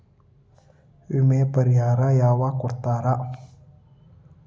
ವಿಮೆ ಪರಿಹಾರ ಯಾವಾಗ್ ಕೊಡ್ತಾರ?